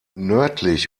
nördlich